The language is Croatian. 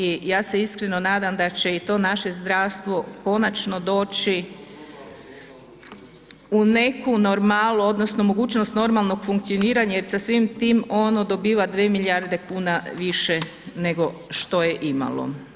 I ja se iskreno nadam da će i to naše zdravstvo konačno doći u neku normalu, odnosno mogućnost normalnog funkcioniranja jer sa svime time ono dobiva 2 milijarde kuna više nego što je imalo.